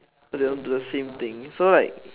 the the same thing so like